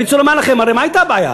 אני רוצה לומר לכם, הרי מה הייתה הבעיה?